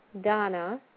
Donna